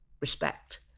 respect